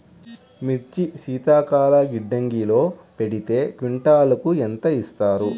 మిర్చి శీతల గిడ్డంగిలో పెడితే క్వింటాలుకు ఎంత ఇస్తారు?